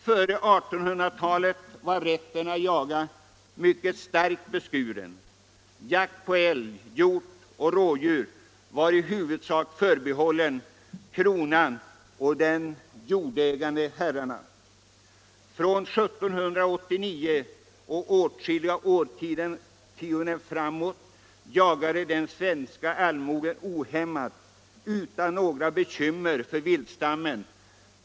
Före 1800-talet var rätten att jaga starkt beskuren. Jakt på älg, hjort och rådjur var i huvudsak förbehållen de jordägande herrarna. Men från 1789 och åtskilliga årtionden framåt jagade den svenska allmogen ohämmat utan några bekymmer för viltstammen.